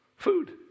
Food